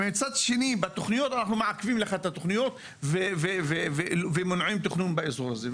ומצד שני הם מעכבים את התוכניות ומונעים תכנון באזור הזה,